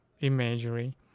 imagery